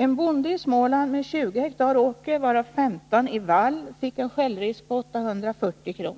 En bonde i Småland med 20 hektar åker, varav 15 i vall, fick en självrisk på 840 kr.